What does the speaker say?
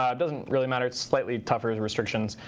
um doesn't really matter. it's slightly tougher restrictions.